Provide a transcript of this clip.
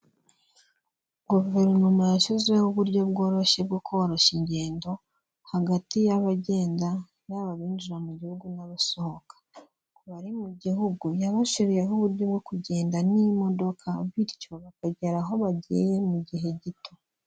Guverinoma yashyizeho uburyo bworoshye bwo koroshya ingendo hagati y'abagenda, yaba abinjira mu gihugu n'abasohoka abari mu gihugu, yabashyiriyeho uburyo bwo kugenda n'imodoka bityo bakagera aho bagiye mu gihe gito.